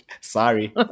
Sorry